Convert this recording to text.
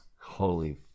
Holy